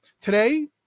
Today